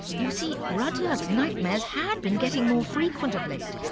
you see, rudyard's nightmares had been getting more frequent of late.